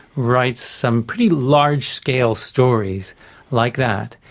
writes some pretty large-scale stories like that,